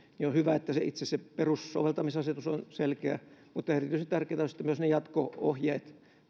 joten on hyvä että itse se perussoveltamisasetus on selkeä mutta erityisen tärkeitä ovat sitten myös ne jatko ohjeet